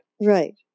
Right